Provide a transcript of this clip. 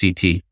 CT